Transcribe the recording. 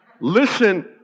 Listen